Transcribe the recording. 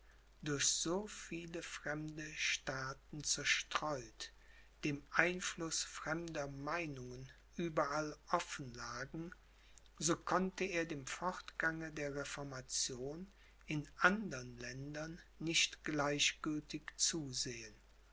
durch so viele fremde staaten zerstreut dem einfluß fremder meinungen überall offen lagen so konnte er dem fortgange der reformation in andern ländern nicht gleichgültig zusehen